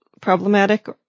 problematic